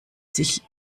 sich